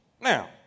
Now